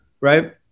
right